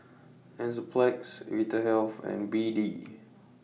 Enzyplex Vitahealth and B D